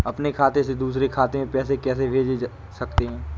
अपने खाते से दूसरे खाते में पैसे कैसे भेज सकते हैं?